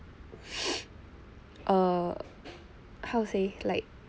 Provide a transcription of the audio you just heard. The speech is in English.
err how to say like